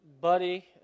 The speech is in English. Buddy